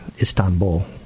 Istanbul